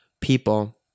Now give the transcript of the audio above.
people